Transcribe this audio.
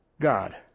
God